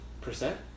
Percent